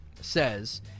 says